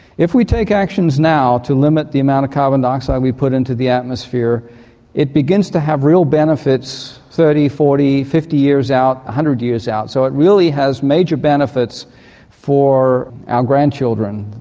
if we take actions now to limit the amount of carbon dioxide we put into the atmosphere it begins to have real benefits thirty, forty, fifty years out, one hundred years out. so it really has major benefits for our grandchildren,